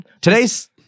Today's